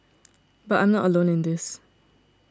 but I'm not alone in this